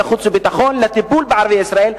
ועדת החוץ והביטחון לטיפול בערביי ישראל,